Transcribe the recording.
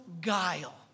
guile